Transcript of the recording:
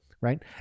Right